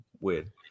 weird